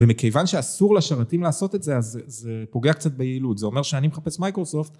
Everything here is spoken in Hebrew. ומכיוון שאסור לשרתים לעשות את זה אז זה פוגע קצת ביעילות זה אומר שאני מחפש מייקרוספט